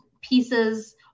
pieces